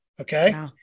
okay